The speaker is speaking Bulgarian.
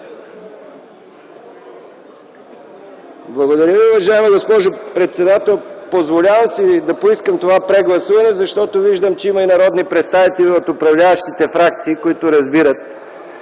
Благодаря Ви, уважаема госпожо председател. Позволявам си да поискам това прегласуване, защото виждам, че има народни представители от управляващите фракции, които разбират,